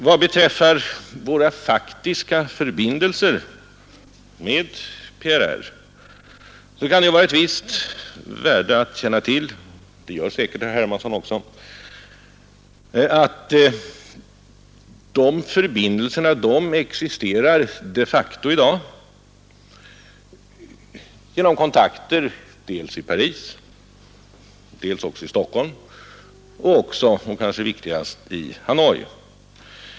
Vad beträffar våra förbindelser med PRR kan det vara av ett visst värde att känna till — det gör säkert herr Hermansson också — att sådana förbindelser de facto existerar i dag genom kontakter dels i Paris och i Stockholm, dels också, vilket kanske är viktigast, i Hanoi.